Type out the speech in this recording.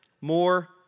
more